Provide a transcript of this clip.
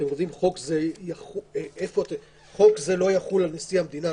"חוק זה לא יחול על נשיא המדינה",